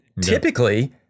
typically